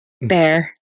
bear